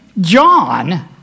John